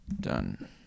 done